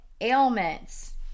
ailments